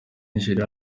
nigeria